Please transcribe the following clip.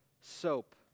soap